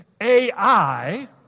AI